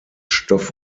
stoff